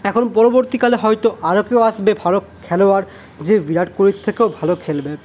এখন পরবর্তীকালে হয়তো আরো কেউ আসবে ভালো খেলোয়াড় যে ভিরাট কোহলির থেকেও ভালো খেলবে